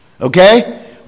Okay